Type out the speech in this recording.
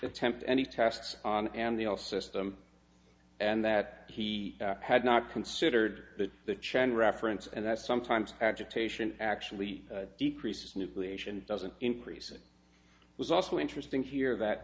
attempt any tests on and the all system and that he had not considered that the chen reference and that sometimes agitation actually decreases nucleation doesn't increase it was also interesting here that